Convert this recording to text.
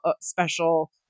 Special